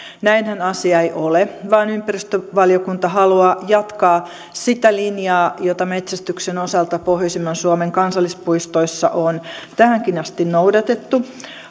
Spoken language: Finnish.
näinhän asia ei ole vaan ympäristövaliokunta haluaa jatkaa sitä linjaa jota metsästyksen osalta pohjoisimman suomen kansallispuistoissa on tähänkin asti noudatettu